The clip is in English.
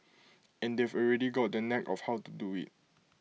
and they've already got the knack of how to do IT